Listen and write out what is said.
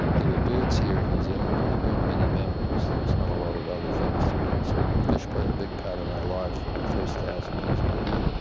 there were birds here in new zealand, but there weren't many mammals. there's not a lot of other things to eat, so fish played a big part in our lives for the first one thousand years we were here,